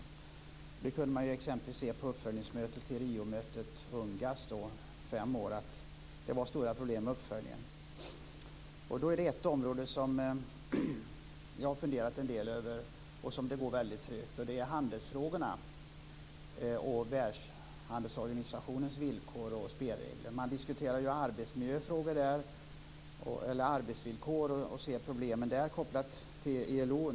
Att det var stora problem med uppföljningen kunde man exempelvis se på UNGAS fem år efter Det är ett område som jag har funderat en del över och där det går väldigt trögt. Det är handelsfrågorna och Världshandelsorganisationens villkor och spelregler. Man diskuterar ju arbetsvillkor där och ser problemen kopplade till ILO.